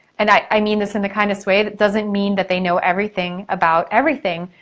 and i mean this in the kindest way, that doesn't mean that they know everything about everything.